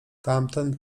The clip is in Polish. tamten